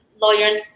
lawyers